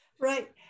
Right